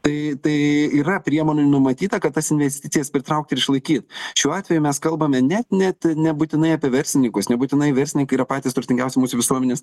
tai tai yra priemonių numatyta kad tas investicijas pritraukt ir išlaikyt šiuo atveju mes kalbame net net nebūtinai apie verslininkus nebūtinai verslininkai yra patys turtingiausi mūsų visuomenės